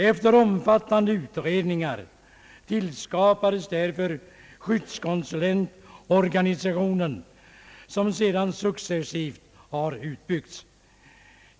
Efter omfattande utredningar = tillskapades därför skyddskonsulentorganisationen som sedan successivt utbyggts.